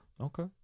Okay